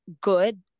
good